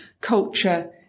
culture